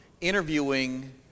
interviewing